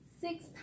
six